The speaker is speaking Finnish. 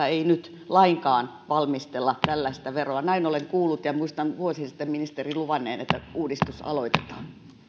ei nyt lainkaan valmistella tällaista veroa näin olen kuullut ja muistan vuosi sitten ministerin luvanneen että uudistus aloitetaan